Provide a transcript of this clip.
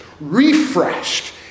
refreshed